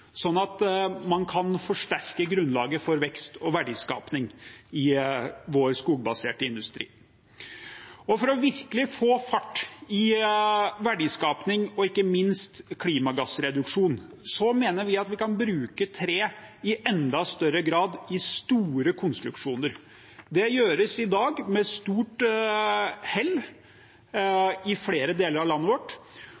sånn at man kan forsterke grunnlaget for vekst og verdiskaping i vår skogbaserte industri. For virkelig å få fart i verdiskaping og ikke minst klimagassreduksjon mener vi at vi kan bruke tre i enda større grad i store konstruksjoner. Det gjøres i dag med stort hell